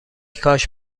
کاش